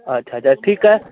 अछा अछा ठीकु आहे